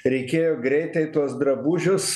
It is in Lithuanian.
reikėjo greitai tuos drabužius